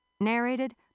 narrated